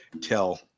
tell